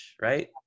right